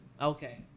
Okay